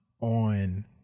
On